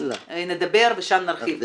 נדבר ושם נרחיב.